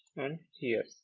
and here.